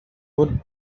would